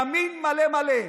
ימין מלא מלא,